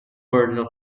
burden